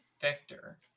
Vector